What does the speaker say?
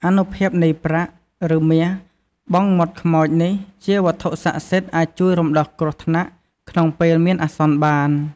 អានុភាពនៃប្រាក់ ឬមាសបង់មាត់ខ្មោចនេះជាវត្ថុសក្ដិសិទ្ធអាចជួយរំដោះគ្រោះថ្នាក់ក្នុងពេលមានអាសន្នបាន ។